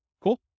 Cool